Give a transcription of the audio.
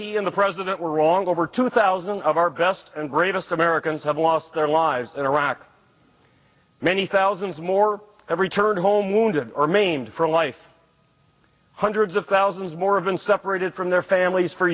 he and the president were wrong over two thousand of our best and bravest americans have lost their lives in iraq many thousands more every turn home wounded or maimed for life hundreds of thousands more of been separated from their families for